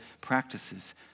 practices